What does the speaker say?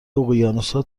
اقیانوسها